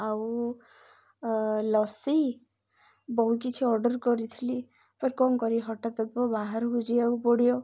ଆଉ ଲସି ବହୁତ କିଛି ଅର୍ଡ଼ର୍ କରିଥିଲି ପରେ କ'ଣ କର ହଠାତ୍ ବାହାରକୁ ଯିବାକୁ ପଡ଼ିବ